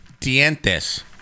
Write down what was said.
dientes